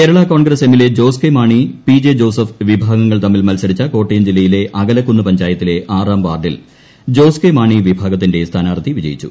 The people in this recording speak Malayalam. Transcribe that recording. കേരളാ കോൺഗ്രസ് എമ്മിലെ ജോസ് കെ മാണി പി ജെ ജോസഫ് വിഭാഗങ്ങൾ തമ്മിൽ മൽസരിച്ച കോട്ടയം ജില്ലയിലെ അകലക്കുന്ന് പഞ്ചായത്തിലെ ആറാം വാർഡിൽ ജോസ് കെ മാണി വിഭാഗത്തിന്റെ സ്ഥാനാർത്ഥി വിജയിച്ചു